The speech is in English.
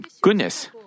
goodness